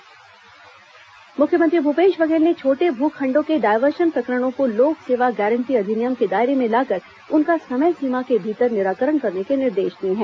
diversion प्रकरण निराकरण मुख्यमंत्री भूपेश बघेल ने छोटे भू खण्डों के डायवर्शन प्रकरणों को लोक सेवा गारंटी अधिनियम के दायरे में लाकर उनका समय सीमा के भीतर निराकरण करने के निर्देश दिए हैं